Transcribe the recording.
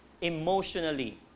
emotionally